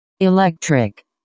electric